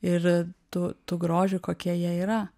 ir tų tų grožių kokie jie yra